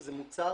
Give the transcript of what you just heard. זה מוצר